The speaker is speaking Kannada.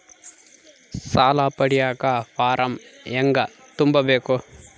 ಸಾಲ ಪಡಿಯಕ ಫಾರಂ ಹೆಂಗ ತುಂಬಬೇಕು?